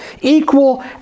equal